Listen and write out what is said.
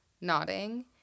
nodding